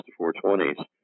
420s